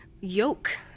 yoke